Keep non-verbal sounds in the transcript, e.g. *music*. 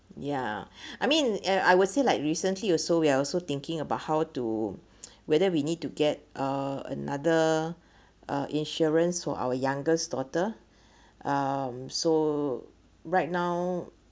ya I mean uh I would say like recently you so we're also thinking about how to whether we need to get uh another uh insurance for our youngest daughter *breath* um so right now